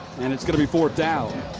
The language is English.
and it's going to be fourth down.